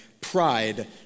Pride